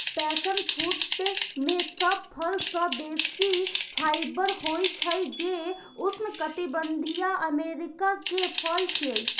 passion fruit मे सब फल सं बेसी फाइबर होइ छै, जे उष्णकटिबंधीय अमेरिका के फल छियै